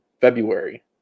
February